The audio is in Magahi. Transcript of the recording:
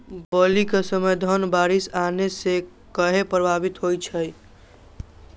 बली क समय धन बारिस आने से कहे पभवित होई छई?